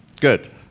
Good